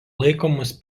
laikomas